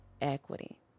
equity